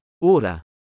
Ora